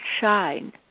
shine